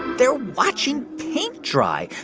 they're watching paint dry.